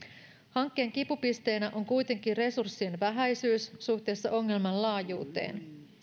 hankkeen kipupisteenä on kuitenkin resurssien vähäisyys suhteessa ongelman laajuuteen